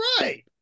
right